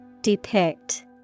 Depict